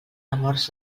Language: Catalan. amors